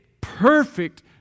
perfect